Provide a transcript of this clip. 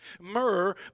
myrrh